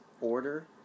order